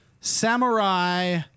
samurai